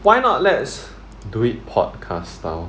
why not let's do it podcast style